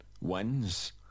wins